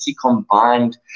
combined